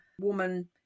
woman